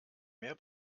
mehr